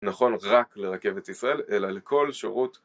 נכון רק לרכבת ישראל, אלא לכל שירות